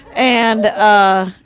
and ah,